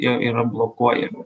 jie yra blokuojami